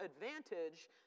advantage